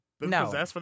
No